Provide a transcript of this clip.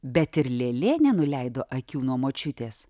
bet ir lėlė nenuleido akių nuo močiutės